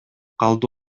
калды